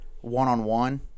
one-on-one